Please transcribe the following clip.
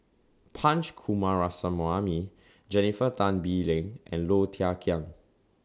Punch Coomaraswamy Jennifer Tan Bee Leng and Low Thia Khiang